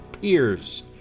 peers